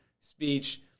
speech